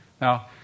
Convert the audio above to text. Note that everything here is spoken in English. Now